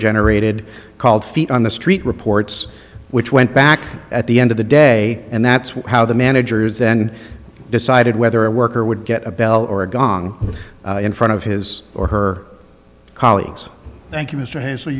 generated called feet on the street reports which went back at the end of the day and that's how the managers then decided whether a worker would get a bell or a gong in front of his or her colleagues thank you mr hans